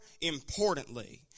importantly